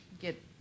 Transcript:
get